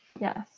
Yes